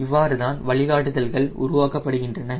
இவ்வாறுதான் வழிகாட்டுதல்கள் உருவாக்கப்படுகின்றன